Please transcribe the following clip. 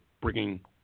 bringing